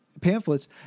pamphlets